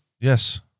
Yes